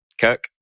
Kirk